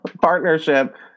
partnership